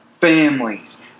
Families